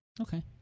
Okay